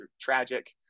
tragic